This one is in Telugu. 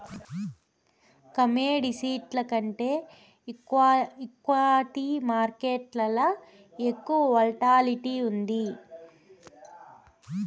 కమోడిటీస్ల కంటే ఈక్విటీ మార్కేట్లల ఎక్కువ వోల్టాలిటీ ఉండాది